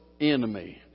enemy